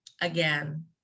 again